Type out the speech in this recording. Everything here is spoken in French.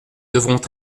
devront